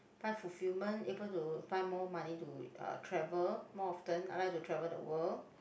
find fulfillment able to find more money to uh travel more often I like to travel the world